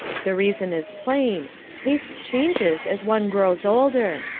the reason is plain taste changes as one grows older.